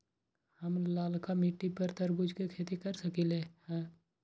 हम लालका मिट्टी पर तरबूज के खेती कर सकीले?